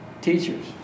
Teachers